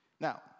Now